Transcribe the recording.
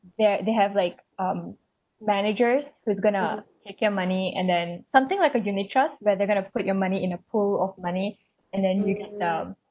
there're they have like um managers who's gonna take your money and then something like a unit trust but they're gonna put your money in a pool of money and then you get down